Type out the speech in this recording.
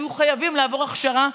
יהיו חייבים לעבור הכשרה,